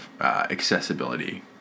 accessibility